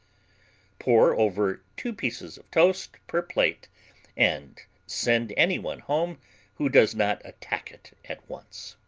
pour over two pieces of toast per plate and send anyone home who does not attack it at once.